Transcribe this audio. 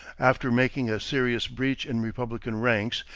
after making a serious breach in republican ranks,